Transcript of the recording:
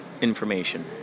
information